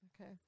Okay